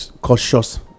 cautious